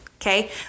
Okay